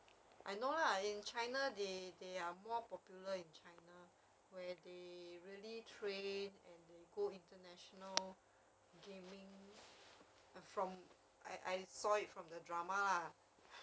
I know lah in china they they are more popular in china where they really train and will go international gaming from I I saw it from the drama lah